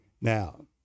Now